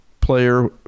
player